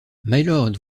mylord